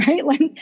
right